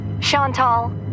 Chantal